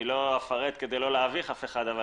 לא אפרט כדי לא להביך אף אחד.